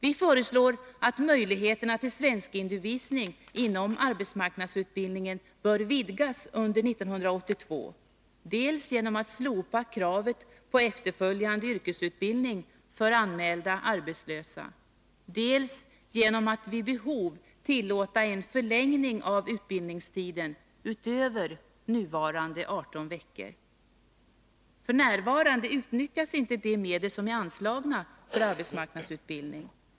Vi föreslår att möjligheterna till svenskundervisning inom arbetsmarknadsutbildningen vidgas under 1982, dels genom att man slopar kravet på efterföljande yrkesutbildning för anmälda arbetslösa, dels genom att man vid behov tillåter en förlängning av utbildningstiden utöver nuvarande 18 veckor. F. n. utnyttjas inte de medel som är anslagna för arbetsmarknadsutbildning.